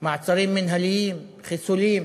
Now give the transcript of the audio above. מעצרים מינהליים, חיסולים,